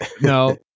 No